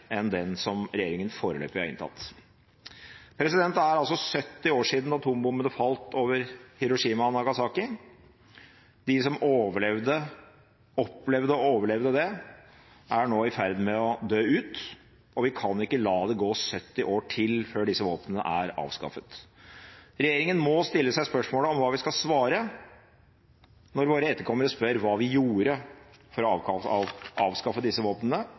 enn den som regjeringen foreløpig har inntatt. Det er 70 år siden atombombene falt over Hiroshima og Nagasaki. De som opplevde å overleve det, er nå i ferd med å dø ut, og vi kan ikke la det gå 70 år til før disse våpnene er avskaffet. Regjeringen må stille seg spørsmålet om hva vi skal svare når våre etterkommere spør hva vi gjorde for å avskaffe disse våpnene,